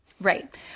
right